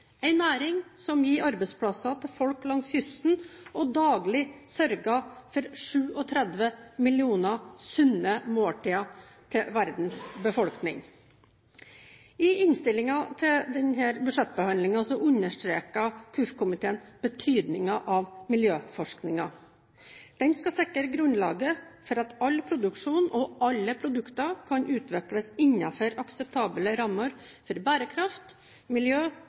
næring som gir arbeidsplasser til folk langs kysten, og som daglig sørger for 37 millioner sunne måltider til verdens befolkning. I innstillingen til denne budsjettbehandlingen understreker KUF-komiteen betydningen av miljøforskningen. Den skal sikre grunnlaget for at all produksjon og alle produkter kan utvikles innenfor akseptable rammer for bærekraft, miljø,